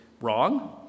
wrong